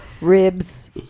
Ribs